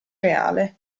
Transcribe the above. reale